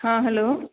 हँ हेलो